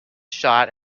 shot